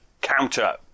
counter